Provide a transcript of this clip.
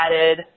added